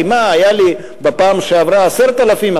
כי היו לי בפעם שעברה 10,000,